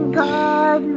god